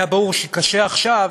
היה ברור שקשה עכשיו,